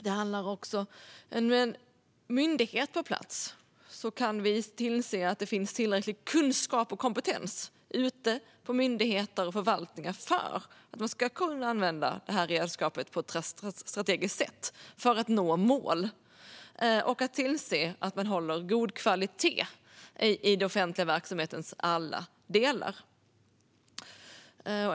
Med en myndighet på plats kan vi se till att det finns tillräcklig kunskap och kompetens ute på myndigheter och förvaltningar för att de ska kunna använda redskapet på ett strategiskt sätt för att nå mål och se till att den offentliga verksamheten håller god kvalitet i alla delar.